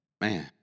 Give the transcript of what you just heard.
Man